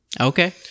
okay